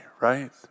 right